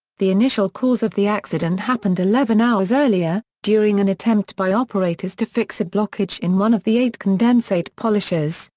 the initial cause of the accident happened eleven hours earlier, during an attempt by operators to fix a blockage in one of the eight condensate polishers,